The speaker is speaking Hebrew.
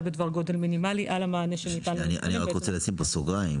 בדבר גודל מינימלי על המענה שניתן -- אני רק רוצה לשים פה סוגריים: